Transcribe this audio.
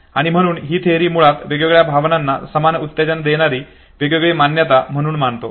आणि म्हणून ही थेअरी मुळात वेगवेगळ्या भावनांना समान उत्तेजन देणारी वेगवेगळी मान्यता म्हणून मानतो